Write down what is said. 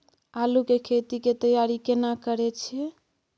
आलू के खेती के तैयारी केना करै छै?